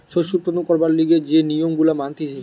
শস্য উৎপাদন করবার লিগে যে নিয়ম গুলা মানতিছে